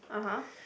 (uh huh)